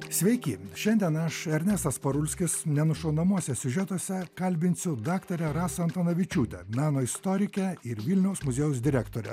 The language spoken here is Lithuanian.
sveiki šiandien aš ernestas parulskis nenušaunamuose siužetuose kalbinsiu daktarę rasą antanavičiūtę meno istorikę ir vilniaus muziejaus direktorę